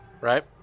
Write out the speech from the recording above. right